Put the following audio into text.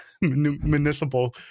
municipal